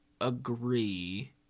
agree